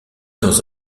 dans